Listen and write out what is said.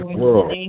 world